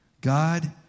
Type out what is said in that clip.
God